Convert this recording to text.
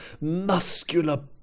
muscular